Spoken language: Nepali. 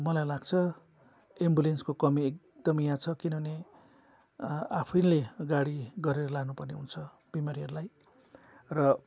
मलाई लाग्छ एम्बुलेन्सको कमी एकदम यहाँ छ किनभने आ आफैले गाडी गरेर लानु पर्ने हुन्छ बिमारीहरूलाई